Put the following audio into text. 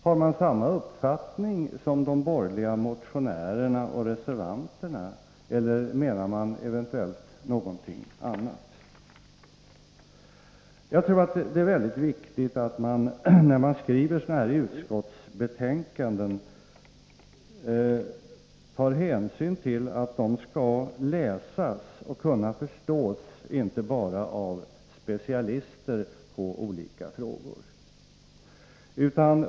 Har man samma Nr 36 uppfattning som de borgeliga motionärerna och reservanterna, eller menar Onsdagen den man eventuellt någonting annat? 30 november 1983 Jag tror att det är mycket viktigt att man, när man skriver utskottsbetänkanden, tar hänsyn till att de skall läsas och kunna förstås inte bara av = Fortsatt giltighet av specialister på olika frågor.